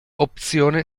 opzione